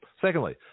Secondly